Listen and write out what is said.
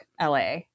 la